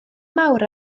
mawr